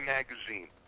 Magazine